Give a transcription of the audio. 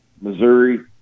Missouri